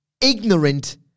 ignorant